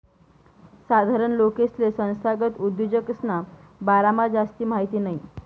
साधारण लोकेसले संस्थागत उद्योजकसना बारामा जास्ती माहिती नयी